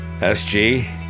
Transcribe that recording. SG